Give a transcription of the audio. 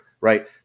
Right